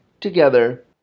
together